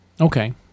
Okay